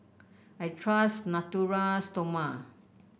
I trust Natura Stoma